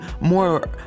more